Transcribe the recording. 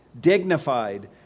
dignified